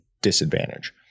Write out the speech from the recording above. disadvantage